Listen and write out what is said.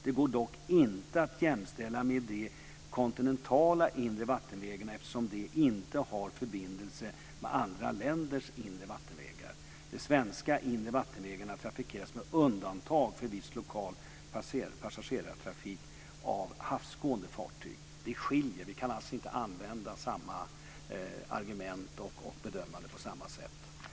De går dock inte att jämställa med de kontinentala inre vattenvägarna, eftersom de inte har förbindelse med andra länders inre vattenvägar. De svenska inre vattenvägarna trafikeras med undantag för viss lokal passagerartrafik av havsgående fartyg. Det skiljer. Vi kan alltså inte använda samma argument och bedöma på samma sätt. Herr talman!